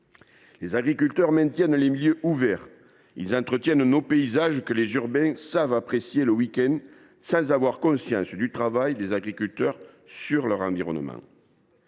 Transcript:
Les agriculteurs maintiennent les milieux ouverts, ils entretiennent nos paysages, que les urbains savent apprécier le week end sans avoir conscience du travail que font ceux ci sur leur environnement.